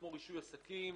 כמו רישוי עסקים.